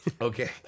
Okay